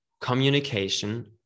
communication